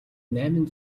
найман